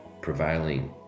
prevailing